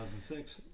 2006